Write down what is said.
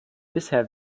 bisher